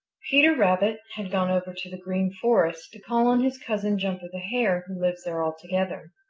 peter rabbit had gone over to the green forest to call on his cousin, jumper the hare, who lives there altogether.